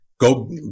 go